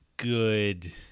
good